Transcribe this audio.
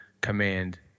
command